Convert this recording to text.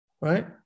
right